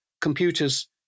computers